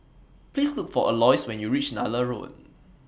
Please Look For Alois when YOU REACH Nallur Road